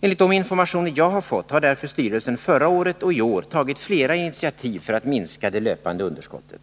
Enligt de informationer som jag har fått har därför styrelsen förra året och i år tagit flera initiativ för att minska det löpande underskottet.